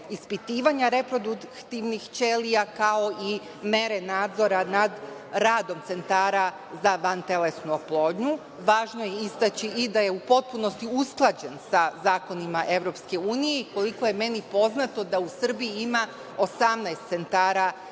ispitivanja reproduktivnih ćelija, kao i mere nadzora nad radom centara za vantelesnu oplodnju. Važno je istaći i da je u potpunosti usklađen sa zakonima EU i, koliko je meni poznato, u Srbiji ima 18 centara